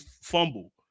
fumble